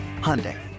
Hyundai